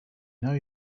know